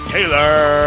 Taylor